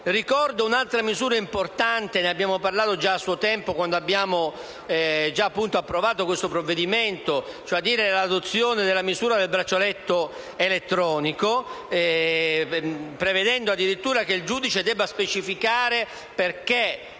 Ricordo un'altra misura importante, di cui abbiamo già parlato a suo tempo, quando abbiamo approvato questo provvedimento. Mi riferisco all'adozione della misura del braccialetto elettronico, prevedendo addirittura che il giudice debba specificare perché,